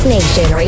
Nation